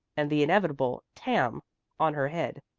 and the inevitable tam on her head.